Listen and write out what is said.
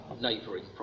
neighbouring